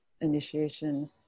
initiation